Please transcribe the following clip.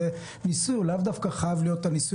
זה ניסוי, והוא לא חייב להיות כלכלי.